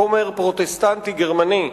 כומר פרוטסטנטי גרמני,